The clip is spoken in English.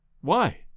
Why